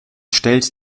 stellt